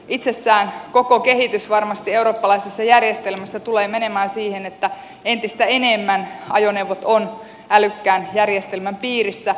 itsessään koko kehitys varmasti eurooppalaisessa järjestelmässä tulee menemään siihen että entistä enemmän ajoneuvot ovat älykkään järjestelmän piirissä